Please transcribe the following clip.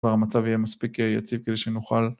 ‫כבר המצב יהיה מספיק יציב כדי שנוכל.